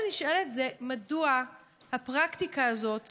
והשאלה שנשאלת היא מדוע הפרקטיקה הזאת ממשיכה.